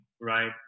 right